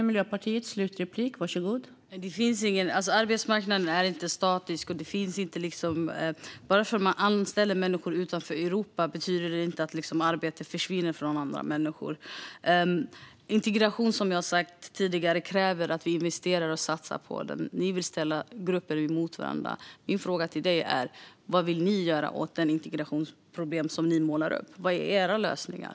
Fru talman! Arbetsmarknaden är inte statisk. Att man anställer människor som kommer från länder utanför Europa betyder inte att arbete försvinner från andra människor. Integration, som jag har sagt tidigare, kräver att vi investerar och satsar på den. Ni vill ställa grupper mot varandra. Min fråga till dig är: Vad vill ni göra åt de integrationsproblem som ni målar upp? Vilka är era lösningar?